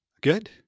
good